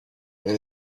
may